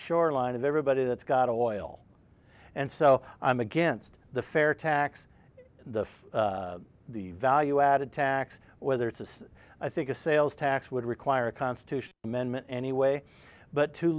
shoreline of everybody that's got of oil and so i'm against the fair tax the for the value added tax whether it's as i think a sales tax would require a constitutional amendment anyway but to